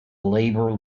labor